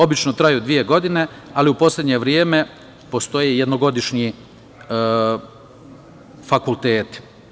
Obično traju dve godine, ali u poslednje vreme postoji jednogodišnji fakulteti.